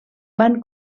van